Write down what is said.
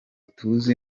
tuzi